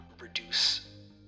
reduce